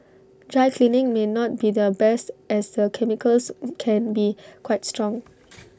dry cleaning may not be the best as the chemicals can be quite strong